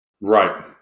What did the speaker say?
Right